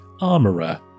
armorer